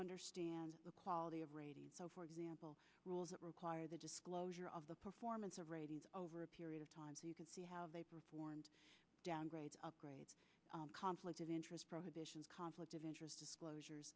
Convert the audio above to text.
understand the quality of radio so for example rules that require the disclosure of the performance of ratings over a period of time so you can see how they performed downgrades upgrade conflict of interest provisions conflict of interest disclosure